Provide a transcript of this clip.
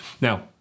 Now